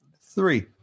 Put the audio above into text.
Three